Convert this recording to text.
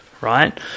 right